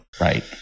Right